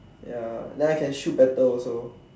ya than I can shoot better also